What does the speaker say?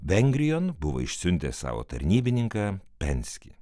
vengrijon buvo išsiuntęs savo tarnybininką penskį